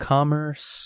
Commerce